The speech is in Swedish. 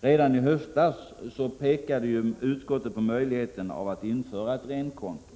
Redan i höstas påpekade utskottet möjligheten av att införa ett renkonto.